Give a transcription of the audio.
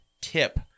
tip